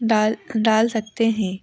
डाल डाल सकते हैं